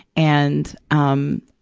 and, um,